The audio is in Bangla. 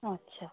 আচ্ছা